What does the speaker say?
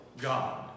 God